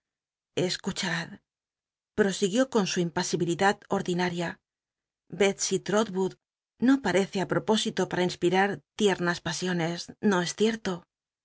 escuchad posiguió con su impasibilidad ordinaria betsey tot wood no patece á propósito para inspirar tiernas pasiones no es cierto